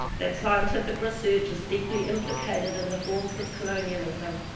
that scientific research has deeply implicated in the forms of colonialism.